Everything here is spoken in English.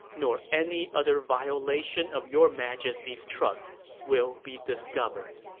nor any other violation of your majesty's trust will be discovered.